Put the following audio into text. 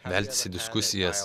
veltis į diskusijas